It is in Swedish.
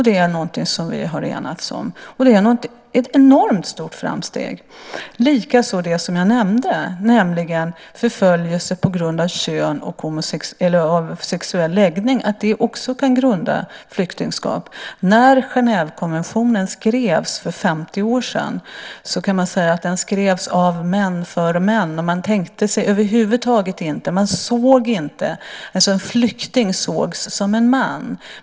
Det är något som vi har enats om, och det är ett enormt stort framsteg. Det är också det som jag nämnde om förföljelse på grund av kön och sexuell läggning och att det också kan grunda flyktingskap. När Genèvekonventionen skrevs för 50 år sedan kan man säga att den skrevs av män för män. En flykting sågs som en man.